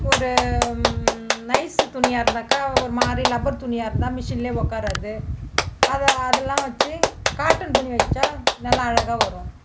ஒரு நைஸ்ஸு துணியாக இருந்தாக்கா ஒரு மாதிரி லப்பர் துணியாக இருந்தால் மிஷின்லேயே உக்காராது அது அதெலாம் வைச்சி காட்டன் துணி வைச்சா நல்லா அழகாக வரும்